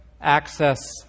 access